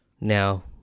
now